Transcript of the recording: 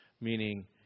Meaning